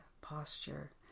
posture